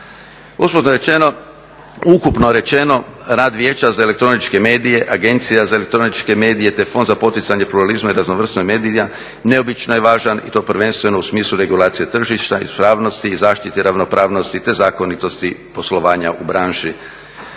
komunikacije. Ukupno rečeno, rad Vijeća za elektroničke medije, Agencija za elektroničke medije te fond za poticanje pluralizma i raznovrsnost medija neobično je važan i to prvenstveno u smislu regulacije tržišta, ispravnosti i zaštite ravnopravnosti te zakonitosti poslovanja u branši.